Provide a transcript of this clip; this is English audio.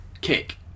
kick